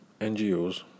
NGOs